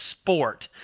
sport